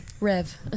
Rev